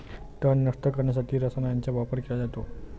तण नष्ट करण्यासाठी रसायनांचा वापर केला जातो